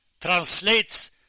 translates